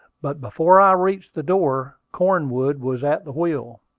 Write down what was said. but before i reached the door cornwood was at the wheel.